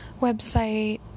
Website